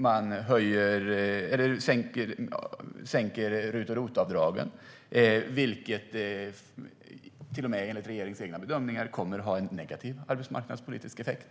Man sänker RUT och ROT-avdragen, vilket till och med enligt regeringens egna bedömningar kommer att ha en negativ arbetsmarknadspolitisk effekt.